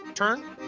um turn.